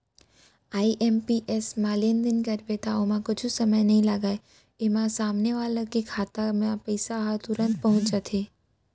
IMPS म लेनदेन करबे त ओमा कुछु समय नइ लागय, एमा सामने वाला के खाता म पइसा ह तुरते पहुंच जाथे